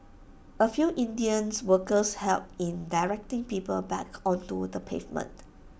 A few Indians workers helped in directing people back onto the pavement